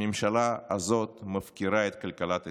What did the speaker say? הממשלה הזאת מפקירה את כלכלת ישראל.